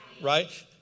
Right